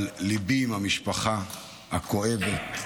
אבל ליבי עם המשפחה הכואבת.